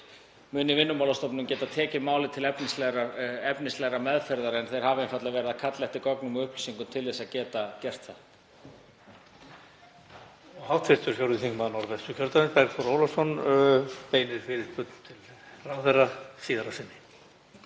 muni Vinnumálastofnun geta tekið málið til efnislegrar meðferðar en hún hefur einfaldlega verið að kalla eftir gögnum og upplýsingum til þess að geta gert það.